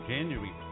January